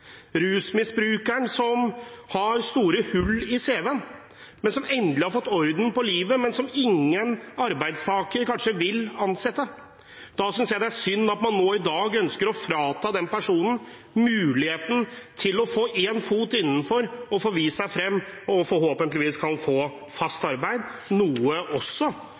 rusmisbrukeren med store hull i cv-en, men som endelig har fått orden på livet, men som kanskje ingen arbeidsgiver vil ansette. Da synes jeg det er synd at man i dag ønsker å frata den personen muligheten til å få én fot innenfor, få vist seg frem og forhåpentligvis få fast arbeid.